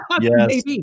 Yes